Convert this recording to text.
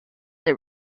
that